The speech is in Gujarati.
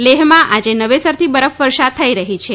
લેહમાં આજે નવેસરથી બરફવર્ષા થઈ રહી છે